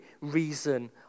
reason